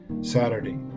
Saturday